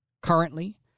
currently